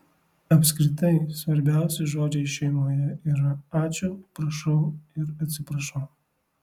apskritai svarbiausi žodžiai šeimoje yra ačiū prašau ir atsiprašau